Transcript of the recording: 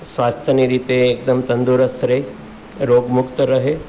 સ્વાસ્થ્યની રીતે એકદમ તંદુરસ્ત રહે રોગમુક્ત રહે